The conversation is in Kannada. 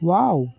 ವಾವ್